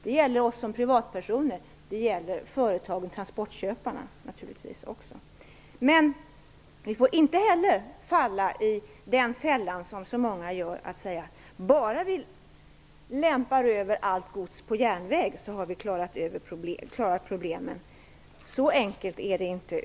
Det gäller oss som privatpersoner, och det gäller naturligtvis också företag och transportköpare. Vi får emellertid inte falla i den fälla som många går i och säga att vi löser problemen bara vi lämpar över allt gods på järnväg. Så enkelt är det inte.